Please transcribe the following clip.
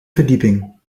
verdieping